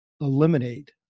eliminate